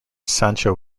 sancho